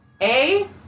A-